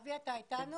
בוקר טוב.